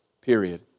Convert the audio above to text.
period